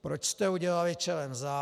Proč jste udělali čelem vzad?